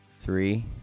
Three